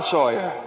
Sawyer